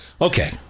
okay